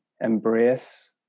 embrace